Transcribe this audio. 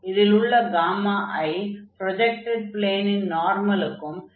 இதில் உள்ள i projected ப்ளேனின் நார்மலுக்கும் normal to the projected plane